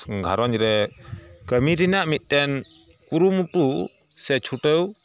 ᱜᱷᱟᱨᱚᱸᱡᱽᱨᱮ ᱠᱟᱹᱢᱤ ᱨᱮᱱᱟᱜ ᱢᱤᱫᱴᱮᱱ ᱠᱩᱨᱩᱢᱩᱴᱩ ᱥᱮ ᱪᱷᱩᱴᱟᱹᱣ